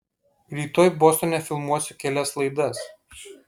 rytoj bostone filmuosiu kelias laidas